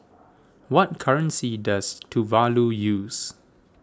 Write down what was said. what currency does Tuvalu use